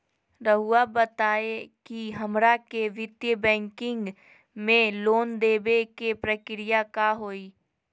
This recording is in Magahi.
रहुआ बताएं कि हमरा के वित्तीय बैंकिंग में लोन दे बे के प्रक्रिया का होई?